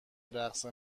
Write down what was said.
رقص